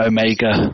Omega